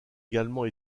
également